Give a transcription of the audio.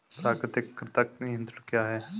प्राकृतिक कृंतक नियंत्रण क्या है?